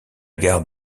gare